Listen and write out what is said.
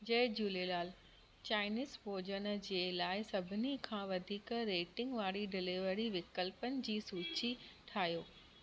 जय Jhulelal Chinese भोजन जे लाइ सभिनी खां वधीक रेटिंग वारी डिलीवरी विकल्पनि जी सूची ठाहियो